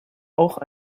auch